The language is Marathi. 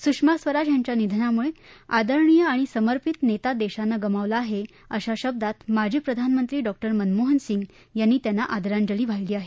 सुषमा स्वराज निधनामुळे आदरणीय आणि समर्पित नेता देशानं गमावला आहे अशा शब्दात माजी प्रधानमंत्री डॉ मनमोहन सिंग यांनी त्यांना आदरांजली वाहिली आहे